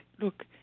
look